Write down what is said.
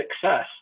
success